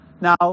Now